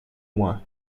moi